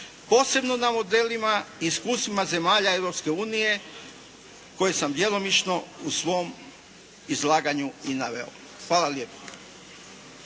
posebno na modelima i iskustvima zemalja Europske unije koje sam djelomično u svom izlaganju i naveo. Hvala lijepo.